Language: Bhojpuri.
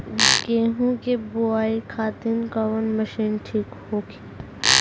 गेहूँ के बुआई खातिन कवन मशीन ठीक होखि?